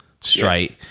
straight